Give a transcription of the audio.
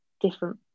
different